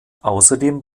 außerdem